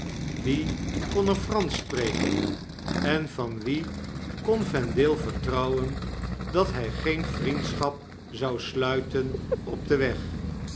wie kon er fransch spreken en van wien kon vendale vertrouwen dat hy geen vriendschap zou sluiten op den weg